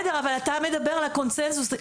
אתה מדבר על הקונצנזוס,